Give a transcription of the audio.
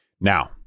Now